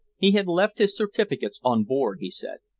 he had left his certificates on board, he said,